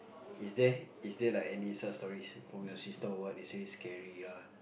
is there is there like any some stories from your sister or what you say scary lah